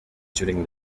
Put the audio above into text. during